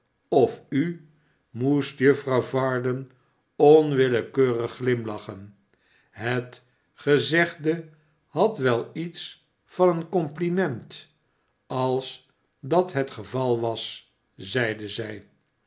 of u moest juffrouw varden onwillekeung ghmlachen het gezegde had wel iets van een compliment sals dat het geval was zeide zij